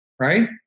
right